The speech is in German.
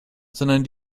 sondern